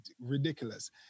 ridiculous